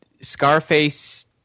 Scarface